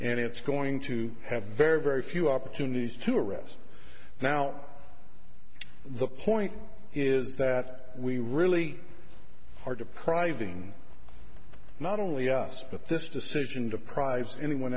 and it's going to have very very few opportunities to rest now the point is that we really are depriving not only us but this decision deprives anyone